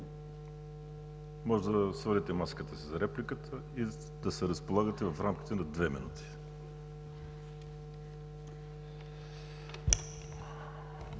Може да свалите маската си за репликата и да се разполагате в рамките на две минути.